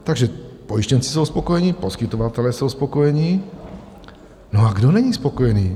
Takže pojištěnci jsou spokojeni, poskytovatelé jsou spokojeni, no a kdo není spokojený?